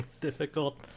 difficult